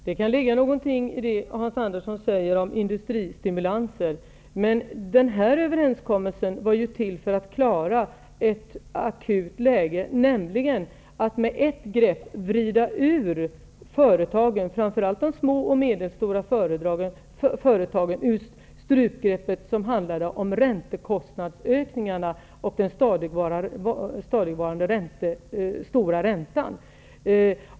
Herr talman! Det kan ligga något i det som Hans Andersson säger om industristimulanser. Men den här överenskommelsen var till för att klara ett akut läge, nämligen att med ett grepp vrida ur företagen, framför allt de små och medelstora företagen, ur strupgreppet, dvs. ökningarna av räntekostnaderna och den stadigtvarande höga räntan.